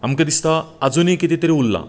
आमकां दिसता आजुनी कितें तरी उरलां